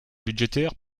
budgétaire